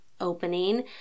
opening